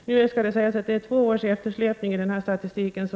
resurser för dricksvattenfrågor också förstärkts.